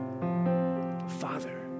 Father